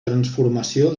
transformació